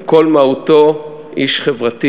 הוא חרת על דגלו את החיבור של כל הפריפריה